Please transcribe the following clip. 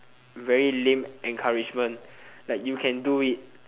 very lame encouragement like you can do it